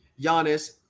Giannis